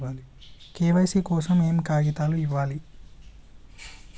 KYC కోసం ఏయే కాగితాలు ఇవ్వాలి?